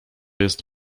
jest